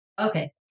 Okay